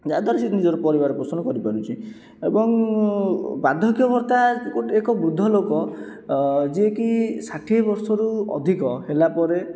ଯାହାଦ୍ୱାରା ସେ ନିଜର ପରିବାର ପୋଷଣ କରିପାରୁଛି ଏବଂ ବାର୍ଦ୍ଧକ୍ୟ ଭତ୍ତା ଗୋଟିଏ ଏକ ବୃଦ୍ଧ ଲୋକ ଯିଏକି ଷାଠିଏ ବର୍ଷରୁ ଅଧିକ ହେଲା ପରେ